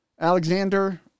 Alexander